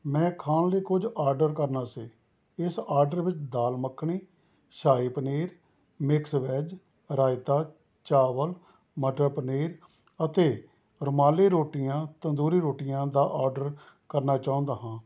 ਮੈਂ ਖਾਣ ਲਈ ਕੁਝ ਆਰਡਰ ਕਰਨਾ ਸੀ ਇਸ ਆਰਡਰ ਵਿੱਚ ਦਾਲ ਮੱਖਣੀ ਸ਼ਾਹੀ ਪਨੀਰ ਮਿਕਸ ਵੈਜ ਰਾਇਤਾ ਚਾਵਲ ਮਟਰ ਪਨੀਰ ਅਤੇ ਰੁਮਾਲੀ ਰੋਟੀਆਂ ਤੰਦੂਰੀ ਰੋਟੀਆਂ ਦਾ ਆਰਡਰ ਕਰਨਾ ਚਾਹੁੰਦਾ ਹਾਂ